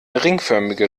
ringförmige